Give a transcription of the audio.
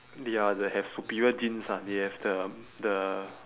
they are the have superior genes ah they have the the